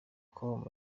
com